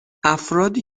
افرادی